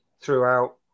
throughout